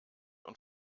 und